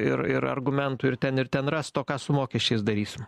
ir ir argumentų ir ten ir ten rasto ką su mokesčiais darysim